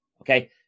Okay